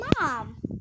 mom